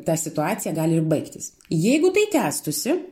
ta situacija gali baigtis jeigu tai tęstųsi